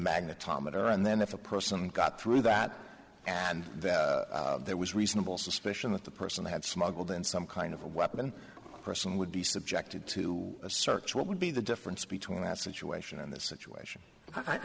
magnetometer and then if a person got through that and that there was reasonable suspicion that the person had smuggled in some kind of a weapon person would be subjected to a search what would be the difference between that situation and the situation i